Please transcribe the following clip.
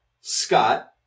Scott